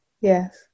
yes